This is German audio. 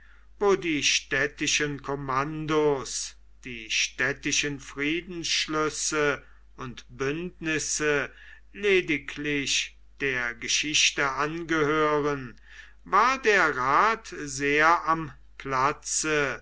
wo die städtischen kommandos die städtischen friedensschlüsse und bündnisse lediglich der geschichte angehören war der rat sehr am platze